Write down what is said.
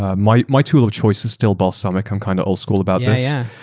ah my my tool of choice is still balsamiq, i'm kind of old school about yeah